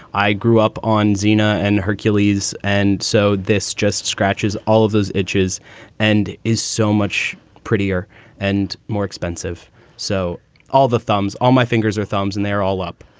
i grew up on xena and hercules. hercules. and so this just scratches all of those itches and is so much prettier and more expensive so all the thumbs, all my fingers or thumbs and they're all up.